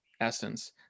essence